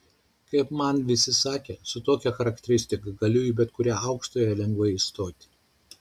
kaip man visi sakė su tokia charakteristika galiu į bet kurią aukštąją lengvai įstoti